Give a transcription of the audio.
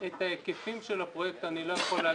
את ההיקפים של הפרויקט אני לא יכול להגיד,